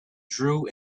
drew